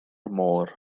môr